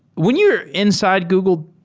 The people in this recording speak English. when you're inside google,